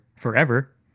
forever